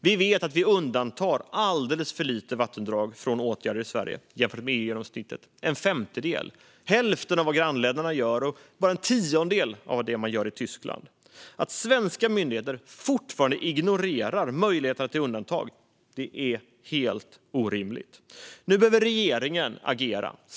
Vi vet att vi undantar alldeles för lite vattendrag från åtgärder i Sverige jämfört med EU-genomsnittet. Det är en femtedel, hälften av vad grannländerna gör, och bara en tiondel av vad man gör i Tyskland. Att svenska myndigheter fortfarande ignorerar möjligheten att ge undantag är helt orimligt. Nu behöver regeringen agera.